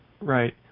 Right